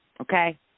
okay